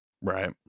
Right